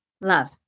love